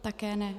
Také ne.